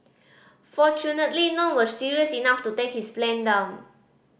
fortunately none were serious enough to take his plane down